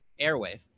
airwave